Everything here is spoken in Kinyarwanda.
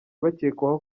bakekwaho